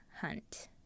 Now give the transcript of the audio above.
Hunt